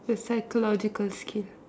the psychological skill